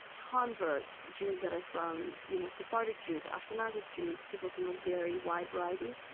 converts, jews that are from, you know, sephardic jews, ashkenazic jews, people from a very wide variety.